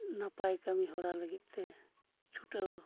ᱱᱟᱯᱟᱭ ᱠᱟᱹᱢᱤ ᱦᱚᱨᱟ ᱞᱟᱹᱜᱤᱫᱛᱮ ᱪᱷᱩᱴᱟᱹᱣ